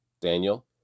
Daniel